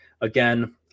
again